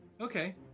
okay